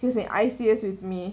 he said I fierce with me